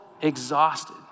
exhausted